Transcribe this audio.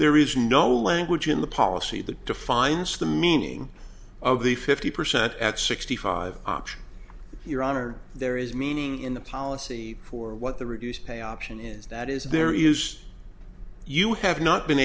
there is no language in the policy that defines the meaning of the fifty percent at sixty five option your honor there is meaning in the policy for what the reduced pay option is that is there is you have not been